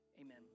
amen